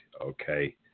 okay